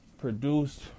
produced